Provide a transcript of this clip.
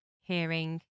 hearing